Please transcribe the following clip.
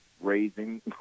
raising